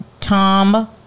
Tom